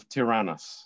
Tyrannus